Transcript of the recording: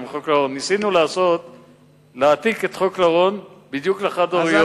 ניסינו להעתיק את חוק לרון בדיוק לחד-הוריות,